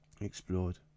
explored